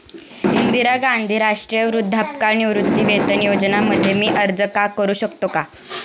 इंदिरा गांधी राष्ट्रीय वृद्धापकाळ निवृत्तीवेतन योजना मध्ये मी अर्ज का करू शकतो का?